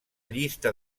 llista